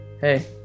hey